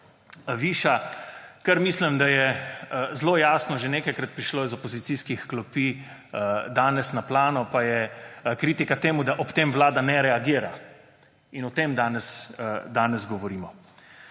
viša, kar mislim, da je zelo jasno že nekajkrat prišlo iz opozicijskih klopi danes na plano, je pa kritika, da ob tem Vlada ne reagira. In o tem danes govorimo.